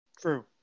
True